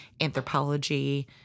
anthropology